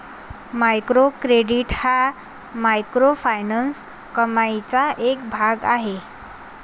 micro credit हा microfinance कमाईचा एक भाग आहे